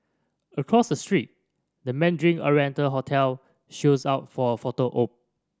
across the street the Mandarin Oriental hotel shows up for a photo op